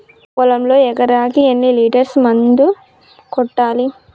పొలంలో ఎకరాకి ఎన్ని లీటర్స్ మందు కొట్టాలి?